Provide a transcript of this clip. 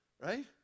right